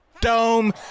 Dome